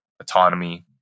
autonomy